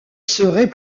serait